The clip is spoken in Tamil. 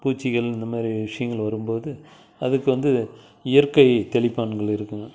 பூச்சிகள் இந்தமாதிரி விஷயங்கள் வரும்போது அதுக்கு வந்து இயற்கை தெளிப்பான்கள் இருக்குங்க